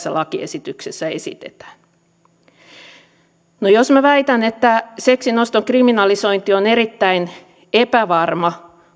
tässä lakiesityksessä esitetään no jos minä väitän että seksin oston kriminalisointi on erittäin epävarma